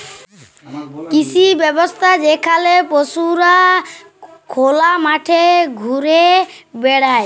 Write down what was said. কৃষি ব্যবস্থা যেখালে পশুরা খলা মাঠে ঘুরে বেড়ায়